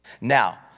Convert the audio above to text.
Now